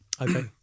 Okay